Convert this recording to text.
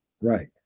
Right